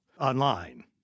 Online